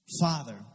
Father